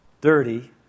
dirty